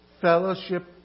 fellowship